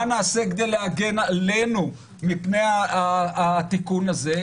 מה נעשה כדי להגן עלינו מפני התיקון הזה?